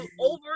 over